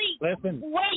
Listen